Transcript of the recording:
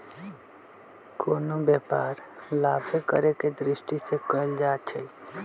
कोनो व्यापार लाभे करेके दृष्टि से कएल जाइ छइ